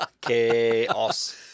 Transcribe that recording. Chaos